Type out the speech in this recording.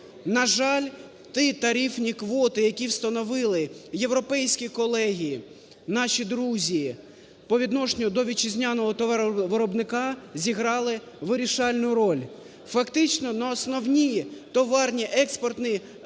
На жаль, ті тарифні квоти, які встановили європейські колеги, наші друзі, по відношенню до вітчизняного товаровиробника зіграли вирішальну роль. Фактично на основні товарно-експортні позиції,